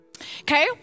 Okay